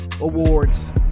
Awards